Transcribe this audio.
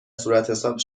صورتحساب